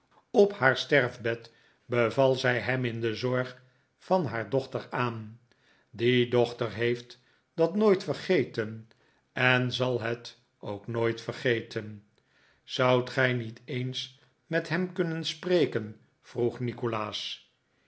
op haar sterfbed beval zij hem in de zorg van haar dochter aan die dochter heeft dat nooit vergeten en zal het ook nooit vergeten zoudt gij niet eens met hem kunnen spreken vroeg nikolaas